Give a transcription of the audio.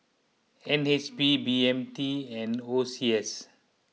N H B B M T and O C S